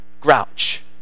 grouch